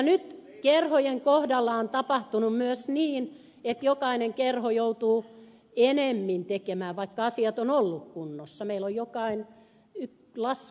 nyt kerhojen kohdalla on tapahtunut myös niin että jokainen kerho joutuu enemmän tekemään vaikka asiat ovat olleet kunnossa ja meillä jokainen lasku allekirjoitetaan